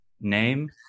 name